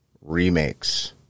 remakes